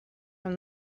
from